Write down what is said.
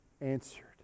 answered